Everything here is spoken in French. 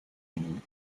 unis